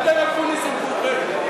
אתם אקוניסים כולכם.